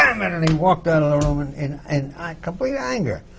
um it! and he walked out of the room and in and complete anger.